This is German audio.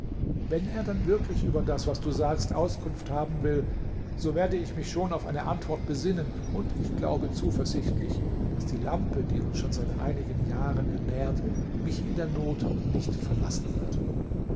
wenn er dann wirklich über das was du sagst auskunft haben will so werde ich mich schon auf eine antwort besinnen und ich glaube zuversichtlich daß die lampe die uns schon seit einigen jahren ernährt mich in der not nicht verlassen wird